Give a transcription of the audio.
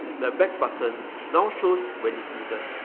the back button now shows when it's needed,